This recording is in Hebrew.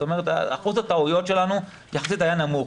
זאת אומרת, אחוז הטעויות שלנו יחסית היה נמוך.